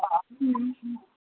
হুম হুম হুম